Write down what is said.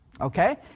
Okay